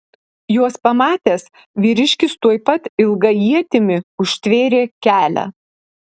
juos pamatęs vyriškis tuoj pat ilga ietimi užtvėrė kelią